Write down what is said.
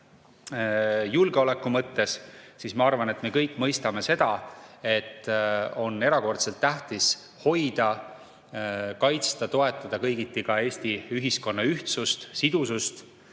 julgeoleku mõttes, siis ma arvan, et me kõik mõistame seda, et on erakordselt tähtis hoida, kaitsta ja toetada kõigiti Eesti ühiskonna ühtsust ja sidusust.